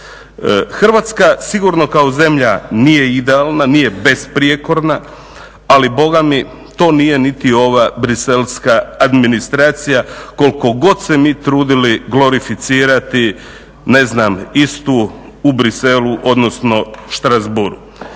Hrvatska sigurno kao zemlja nije idealna, nije besprijekorna, ali boga mi to nije niti ova briselska administracija koliko god se mi trudili glorificirati ne znam istu u Bruxellesu, odnosno Strasbourgu.